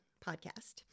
podcast